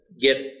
get